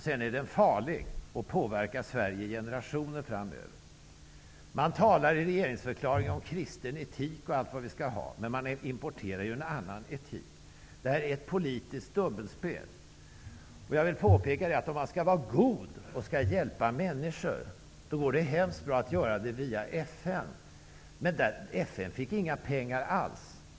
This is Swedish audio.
Vidare är den farlig och den påverkar Sverige i generationer framöver. Man talar i regeringsförklaringen om kristen etik och allt vad vi skall ha, men man importerar ju en annan etik. Det här är ett politiskt dubbelspel. Jag vill påpeka att om man skall vara god och vill hjälpa människor, går det hemskt bra att göra det via FN. Men FN fick inga pengar alls.